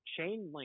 Chainlink